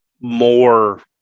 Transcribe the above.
more